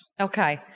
Okay